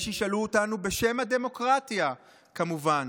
יש שישאלו אותנו, בשם ה'דמוקרטיה', כמובן: